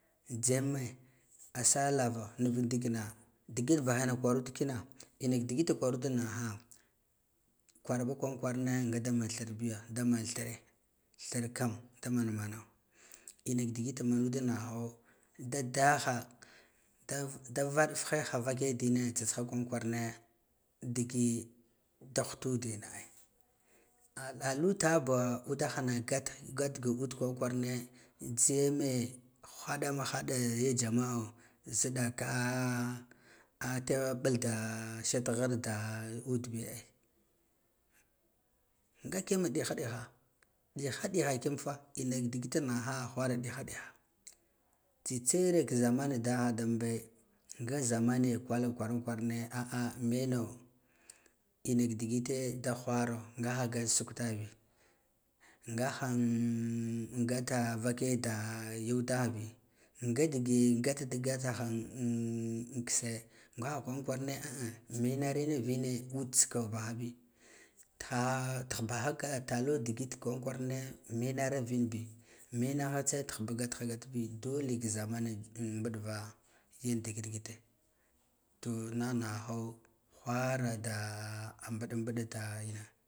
Jhiyame asa lava nuvab ndi kina digid bah ma kwarud ndikina maka digid kwaru nghaha k warba kwan kwarane ngada man thir biya dam an thire virkam da man man inka digid manu de nighaho do daha dau da vab fuhe ha valle dina tsats tsiha kwaran kwarane dige dal hutun ina ai ah alu taɓa udahana ngadgaled kwaran kwarane jhiyeme haladama hada ga jamma'a o ziɗaka ta ɓada shet ghirda ud bi ci nga kiyam ɗiha ɗiha, ɗiha ɗihaki yamfa ina ka digid nighaha wahara ɗiha ɗiha tsitsa era ka zamana daha dumbe nga zamane kwal kwaran kwarane all meno ina ka digite da whara ngaha gaah suktabi na ahaan gata vake da ya udah bi nga de gata da gatahan kisse ngahan kwaran kwarane manarin vine ud tsika bahabi tiha tinbah a tilo digid kwaran kwarane menara vin bi menaha tse tin ba ka gadha gatabi dole ka zunmanɓalva yun digid digite to nigha nighaho whara da mɓuɗa da ina